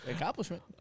Accomplishment